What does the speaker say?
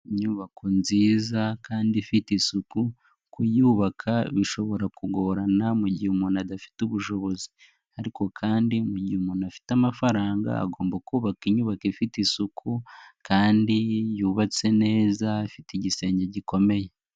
Inyubako nziza kandi ifite isuku, kuyubaka bishobora kugorana mu gihe umuntu adafite ubushobozi ariko kandi mu gihe umuntu afite amafaranga agomba kubaka inyubako ifite isuku kandi yubatse neza ifite igisenge gikomeye.